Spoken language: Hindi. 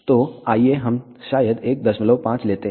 तो आइए हम शायद 15 लेते हैं